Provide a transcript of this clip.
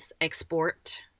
export